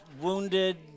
wounded